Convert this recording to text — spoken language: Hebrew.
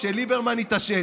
שליברמן יתעשת,